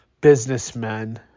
businessmen